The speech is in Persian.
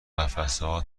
قفسهها